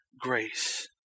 grace